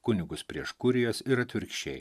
kunigus prieš kurijas ir atvirkščiai